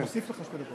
אני אוסיף לך שתי דקות.